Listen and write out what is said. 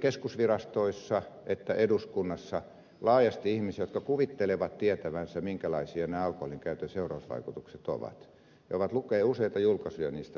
keskusvirastoissa että eduskunnassa laajasti ihmisiä jotka kuvittelevat tietävänsä minkälaisia nämä alkoholinkäytön seurausvaikutukset ovat ja ovat useita julkaisuja niistä lukeneet